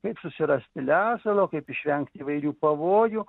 kaip susirasti lesalo kaip išvengti įvairių pavojų